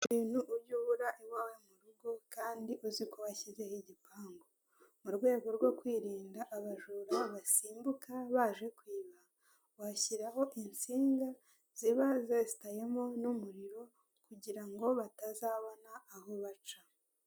Umuntu uyobora iwawe mu rugo kandi uzi ko wasizeho igipangu, mu rwego rwo kwirinda abajura basimbuka baje kwiba washyiraho insinga ziba zesitayemo n'umuriro kugira ngo batazabona aho baca.